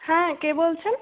হ্যাঁ কে বলছেন